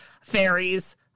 fairies